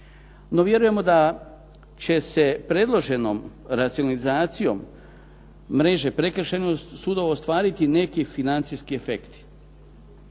No, vjerujemo da će se predloženom racionalizacijom mreže prekršajnog suda ostvariti neki financijski efekti